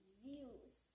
views